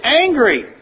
angry